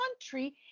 country